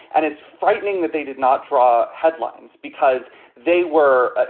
and it's frightening that they did not draw headlines because they were. ah